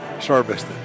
Service